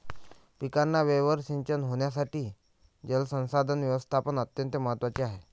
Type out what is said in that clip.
पिकांना वेळेवर सिंचन होण्यासाठी जलसंसाधन व्यवस्थापन अत्यंत महत्त्वाचे आहे